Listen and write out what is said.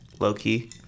low-key